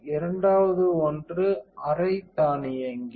இரண்டாவது ஒன்று அரை தானியங்கி